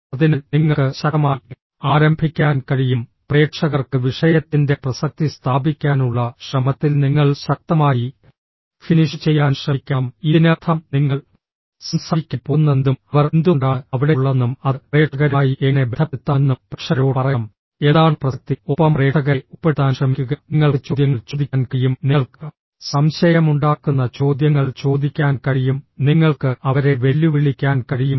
അതിനാൽ നിങ്ങൾക്ക് ശക്തമായി ആരംഭിക്കാൻ കഴിയും പ്രേക്ഷകർക്ക് വിഷയത്തിന്റെ പ്രസക്തി സ്ഥാപിക്കാനുള്ള ശ്രമത്തിൽ നിങ്ങൾ ശക്തമായി ഫിനിഷ് ചെയ്യാൻ ശ്രമിക്കണം ഇതിനർത്ഥം നിങ്ങൾ സംസാരിക്കാൻ പോകുന്നതെന്തും അവർ എന്തുകൊണ്ടാണ് അവിടെയുള്ളതെന്നും അത് പ്രേക്ഷകരുമായി എങ്ങനെ ബന്ധപ്പെടുത്താമെന്നും പ്രേക്ഷകരോട് പറയണം എന്താണ് പ്രസക്തി ഒപ്പം പ്രേക്ഷകരെ ഉൾപ്പെടുത്താൻ ശ്രമിക്കുക നിങ്ങൾക്ക് ചോദ്യങ്ങൾ ചോദിക്കാൻ കഴിയും നിങ്ങൾക്ക് സംശയമുണ്ടാക്കുന്ന ചോദ്യങ്ങൾ ചോദിക്കാൻ കഴിയും നിങ്ങൾക്ക് അവരെ വെല്ലുവിളിക്കാൻ കഴിയും